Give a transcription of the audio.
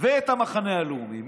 ואת המחנה הלאומי,